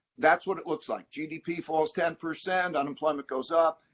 that's what it looks like. gdp falls ten percent, unemployment goes up,